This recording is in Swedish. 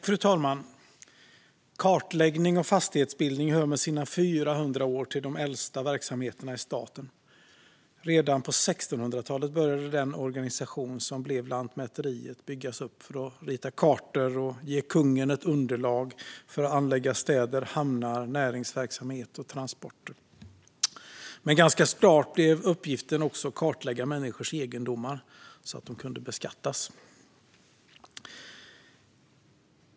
Fru talman! Kartläggning och fastighetsbildning hör med sina 400 år till de äldsta verksamheterna i staten. Redan på 1600-talet började den organisation som blev Lantmäteriet byggas upp för att rita kartor och ge kungen underlag för att anlägga städer, hamnar, näringsverksamhet och transporter. Men ganska snart blev uppgiften också att kartlägga människors egendomar så att de kunde beskattas.